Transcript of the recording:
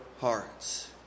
hearts